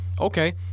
okay